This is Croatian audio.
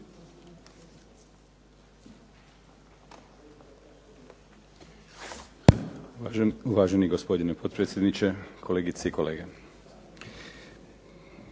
Uvaženi gospodine potpredsjedniče, kolegice i kolege.